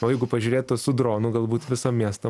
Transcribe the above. o jeigu pažiūrėtų su dronu galbūt visą miestą